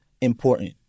important